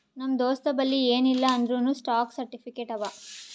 ನಮ್ ದೋಸ್ತಬಲ್ಲಿ ಎನ್ ಇಲ್ಲ ಅಂದೂರ್ನೂ ಸ್ಟಾಕ್ ಸರ್ಟಿಫಿಕೇಟ್ ಅವಾ